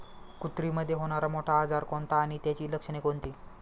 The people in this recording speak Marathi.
कुत्रीमध्ये होणारा मोठा आजार कोणता आणि त्याची लक्षणे कोणती?